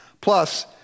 Plus